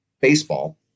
baseball